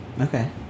okay